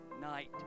night